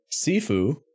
Sifu